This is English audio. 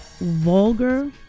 vulgar